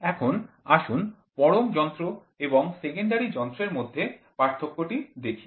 এখন আসুন পরম যন্ত্র এবং সেকেন্ডারি যন্ত্রের মধ্যে পার্থক্যটি দেখি